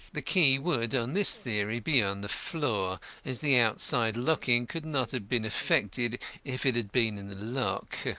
the key would, on this theory, be on the floor as the outside locking could not have been effected if it had been in the lock.